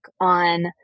on